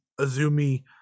Azumi